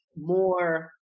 more